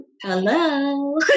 Hello